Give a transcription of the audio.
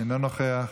אינו נוכח,